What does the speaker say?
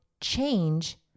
change